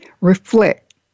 reflect